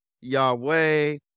Yahweh